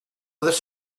this